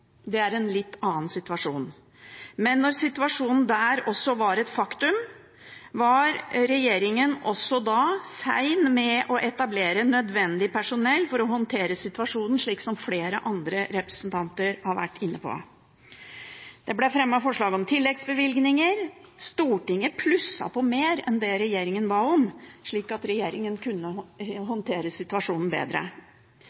det er en litt annen situasjon. Men da situasjonen der var et faktum, var regjeringen også da sen med å etablere nødvendig personell for å håndtere situasjonen – noe flere andre representanter har vært inne på. Det ble fremmet forslag om tilleggsbevilgninger. Stortinget plusset på mer enn det regjeringen ba om, slik at regjeringen kunne håndtere situasjonen bedre.